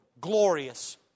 glorious